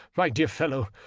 my dear fellow,